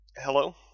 Hello